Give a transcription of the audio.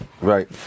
Right